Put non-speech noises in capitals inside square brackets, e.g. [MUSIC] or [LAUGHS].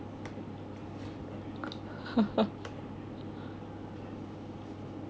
[LAUGHS]